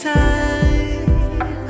time